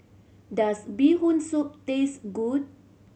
does Bee Hoon Soup taste good